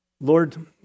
Lord